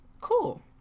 cool